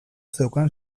zeukan